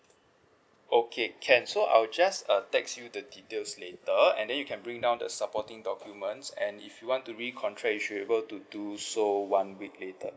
okay can so I'll just uh text you the details later and then you can bring down the supporting documents and if you want to re-contract you should able to do so one week later